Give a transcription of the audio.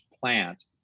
plant